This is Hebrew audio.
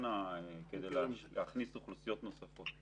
בקורונה כדי להכניס אוכלוסיות נוספות.